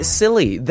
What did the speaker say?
silly